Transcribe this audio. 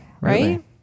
right